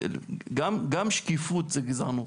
גם שקיפות היא גזענות.